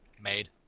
made